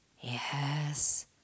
Yes